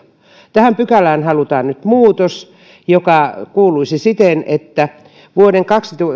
tähän pykälään halutaan nyt muutos joka kuuluisi siten että vuoden